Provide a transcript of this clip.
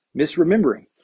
misremembering